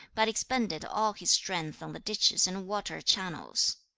but expended all his strength on the ditches and water channels.